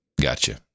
gotcha